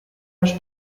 los